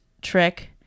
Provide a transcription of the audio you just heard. trick